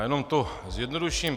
Já jenom to zjednoduším.